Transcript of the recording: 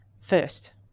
first